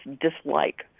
dislike